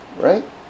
Right